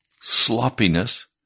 sloppiness